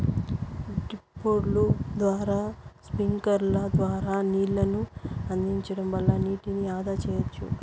డ్రిప్పుల ద్వారా స్ప్రింక్లర్ల ద్వారా నీళ్ళను అందించడం వల్ల నీటిని ఆదా సెయ్యచ్చు